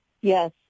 Yes